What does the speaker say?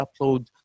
upload